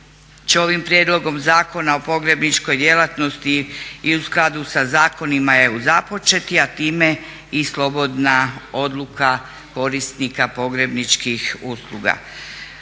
ovim Prijedlogom zakona o pogrebničkoj djelatnosti i u skladu sa zakonima EU započeti, a time i slobodna odluka korisnika pogrebničkih usluga.